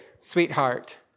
sweetheart